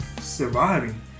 surviving